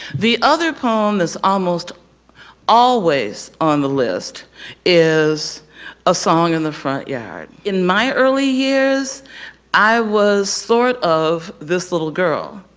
the other poem is almost always on the list is a song in the front yard. in my early years i was sort of this little girl.